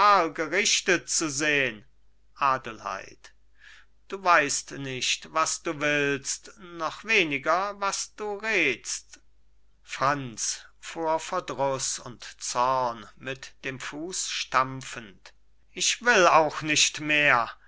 gerichtet zu sehn adelheid du weißt nicht was du willst noch weniger was du redst franz vor verdruß und zorn mit dem fuß stampfend ich will auch nicht mehr